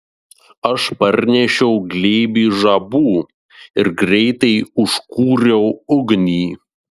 aš parnešiau glėbį žabų ir greitai užkūriau ugnį